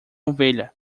ovelha